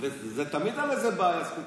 זה תמיד על איזה בעיה ספציפית.